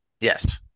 Yes